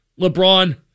LeBron